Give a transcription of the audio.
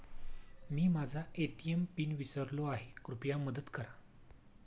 मी माझा ATM pin विसरलो आहे, कृपया मदत करा